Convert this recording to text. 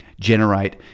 generate